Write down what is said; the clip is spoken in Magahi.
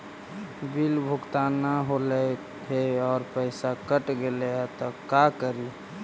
बिल भुगतान न हौले हे और पैसा कट गेलै त का करि?